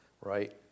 right